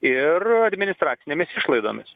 ir administracinėmis išlaidomis